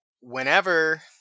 whenever